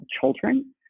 children